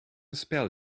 spell